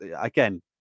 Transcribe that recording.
again